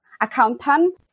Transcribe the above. accountant